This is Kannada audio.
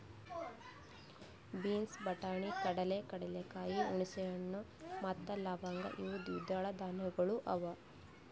ಬೀನ್ಸ್, ಬಟಾಣಿ, ಕಡಲೆ, ಕಡಲೆಕಾಯಿ, ಹುಣಸೆ ಹಣ್ಣು ಮತ್ತ ಲವಂಗ್ ಇವು ದ್ವಿದಳ ಧಾನ್ಯಗಳು ಅವಾ